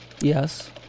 Yes